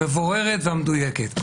המבוארת והמדויקת.